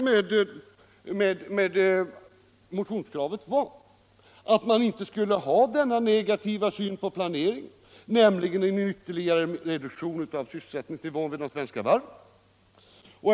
Men motionens syfte var att man inte skulle ha denna negativa syn på planeringen, nämligen en ytterligare reduktion av sysselsättningsnivån vid de svenska varven.